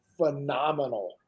phenomenal